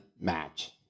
match